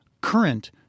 current